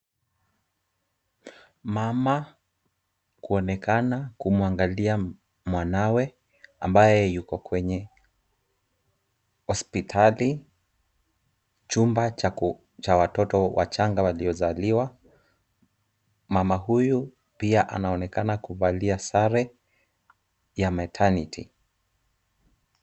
Mama, kuonekana kumuangilia mwanawe ambaye yuko kwenye hospitali chumba cha watoto wachanga waliozaliwa. Mama huyu pia anaonekana kuvalia sare ya maternity .